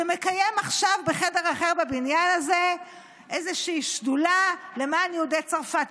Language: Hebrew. שמקיים עכשיו בחדר אחר בבניין הזה איזושהי שדולה למען יהודי צרפת.